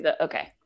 Okay